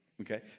Okay